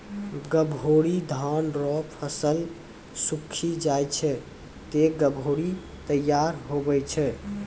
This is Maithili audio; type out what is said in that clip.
गभोरी धान रो फसल सुक्खी जाय छै ते गभोरी तैयार हुवै छै